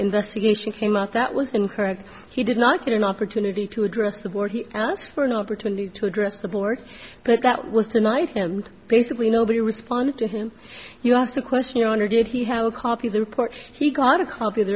investigation came out that was incorrect he did not get an opportunity to address the board he asked for an opportunity to address the board but that was tonight and basically nobody responded to him you asked the question your honor did he have a copy of the report he got a copy of the